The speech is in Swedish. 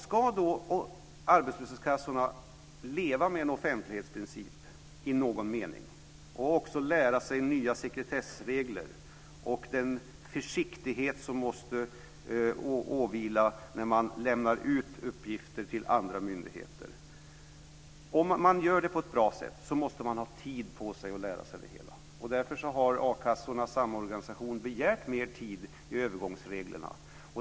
Ska då arbetslöshetskassorna leva med en offentlighetsprincip i någon mening, och också lära sig nya sekretessregler och den försiktighet som måste iakttas när man lämnar ut uppgifter till andra myndigheter, måste man, om man gör det på ett bra sätt, ha tid på sig att lära sig det hela. Därför har a-kassornas samorganisation begärt mer tid i övergångsreglerna.